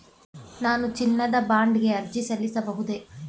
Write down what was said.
ನಾನು ಚಿನ್ನದ ಬಾಂಡ್ ಗೆ ಅರ್ಜಿ ಸಲ್ಲಿಸಬಹುದೇ?